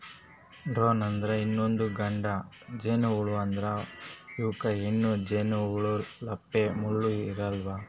drone ಅಂದ್ರ ಇದೊಂದ್ ಗಂಡ ಜೇನಹುಳಾ ಆದ್ರ್ ಇವಕ್ಕ್ ಹೆಣ್ಣ್ ಜೇನಹುಳಪ್ಲೆ ಮುಳ್ಳ್ ಇರಲ್ಲಾ